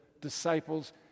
disciples